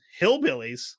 Hillbillies